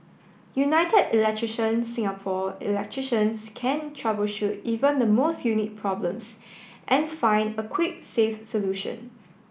United Electrician Singapore electricians can troubleshoot even the most unique problems and find a quick safe solution